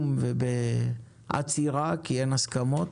בוואקום ובעצירה, כי אין הסכמות